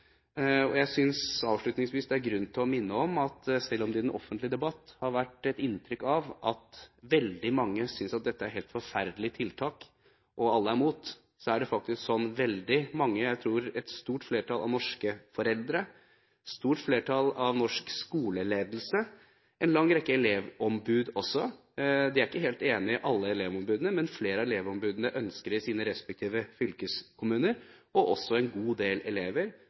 Jeg synes avslutningsvis det er grunn til å minne om at selv om det i den offentlige debatt har vært gitt inntrykk av at veldig mange synes dette er helt forferdelige tiltak, som alle er imot, tror jeg det er et veldig stort flertall av norske foreldre, et stort flertall blant norsk skoleledelse, en lang rekke elevombud – alle elevombudene er ikke enige, men flere av elevombudene ønsker dette i sine respektive fylkeskommuner – og en god del elever